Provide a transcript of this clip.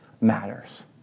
matters